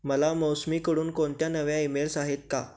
मला मौसमीकडून कोणत्या नव्या ईमेल्स आहेत का